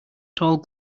tall